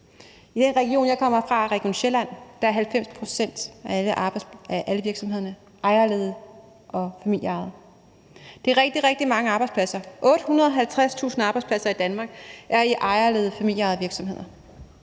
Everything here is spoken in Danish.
I den region, jeg kommer fra, Region Sjælland, er 90 pct. af alle virksomhederne ejerledede og familieejede. Det er rigtig, rigtig mange arbejdspladser. 850.000 arbejdspladser i Danmark er i ejerledede og familieejede virksomheder.